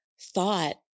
thought